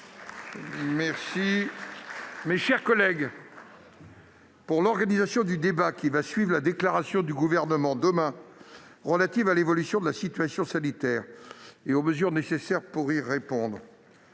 heures. Mes chers collègues, pour l'organisation du débat qui suivra la déclaration du Gouvernement relative à l'évolution de la situation sanitaire et aux mesures nécessaires pour y répondre,